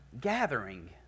gathering